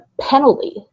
penalty